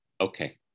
Okay